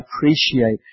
appreciate